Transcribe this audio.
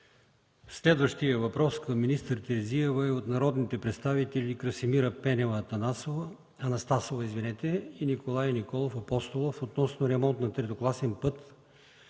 Следващият въпрос към министър Терзиева е от народните представители Красимира Пенева Анастасова и Николай Николов Апостолов относно ремонт на третокласен път